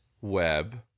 web